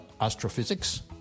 astrophysics